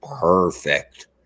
perfect